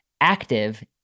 active